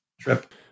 trip